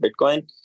Bitcoin